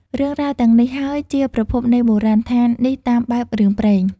រឿងរ៉ាវទាំងនេះហើយ ជាប្រភពនៃបុរាណដ្ឋាននេះតាមបែបរឿងព្រេង ។